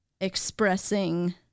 expressing